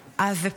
ופצועים.